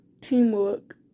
teamwork